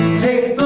take